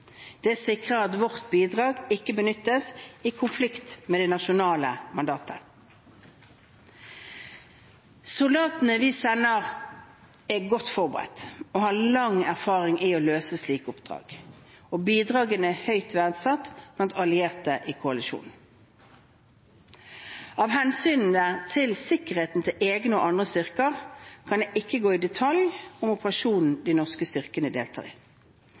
Dette sikrer at vårt bidrag ikke benyttes i konflikt med det nasjonale mandatet. Soldatene vi sender, er godt forberedt og har lang erfaring i å løse slike oppdrag. Bidragene er høyt verdsatt blant allierte i koalisjonen. Av hensyn til sikkerheten til egne og andre styrker kan jeg ikke gå i detaljer om operasjonen de norske styrkene deltar i.